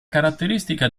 caratteristica